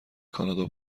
کانادا